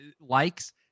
likes